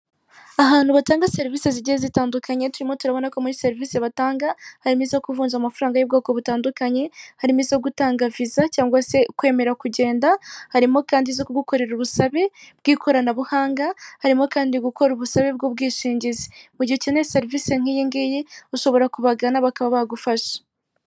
Ahantu batanga serivisi zigiye zitandukanye, turimo turabona ko muri serivisi batanga, harimo izo ku kuvunja amafaranga y'ubwoko butandukanye, harimo izo gutanga viza, cyangwa se kwemera kugenda, harimo kandi zo kugukorera ubusabe bw'ikoranabuhanga, harimo kandi gukora ubusabe bw'ubwishingizi. Mu gihe ukeneye serivisi nk'iyi ngiyi, ushobora kubagana bakaba bagufasha.